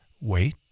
wait